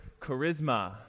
charisma